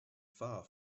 far